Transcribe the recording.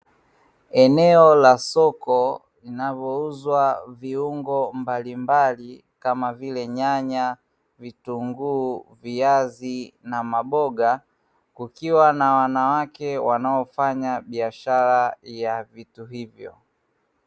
Eneo la soko linalouza viungo mbalimbali kama vile: nyanya, vitunguu, viazi na maboga; kukiwa na wanawake wanaofanya biashara ya vitu hivyo.